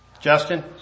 Justin